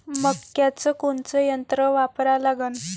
मक्याचं कोनचं यंत्र वापरा लागन?